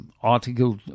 Article